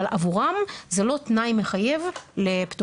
אבל עבורם זה לא תנאי מחייב לפטור.